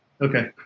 Okay